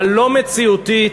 הלא-מציאותית,